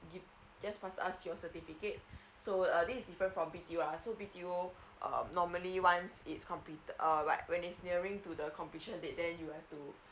give just pass us your certificate so err this is different from B_T_O ah so B_T_O um normally once it's completed err like when is nearing to the completion date than you have to